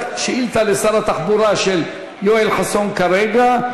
רק שאילתה לשר התחבורה של יואל חסון, כרגע,